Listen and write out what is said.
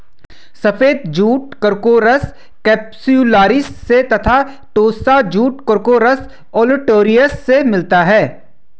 सफ़ेद jute corchorus capsularis से तथा टोस्सा जूट कोर्कोरस ओलिटोरियस से मिलता है